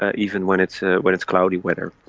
ah even when it's ah when it's cloudy weather.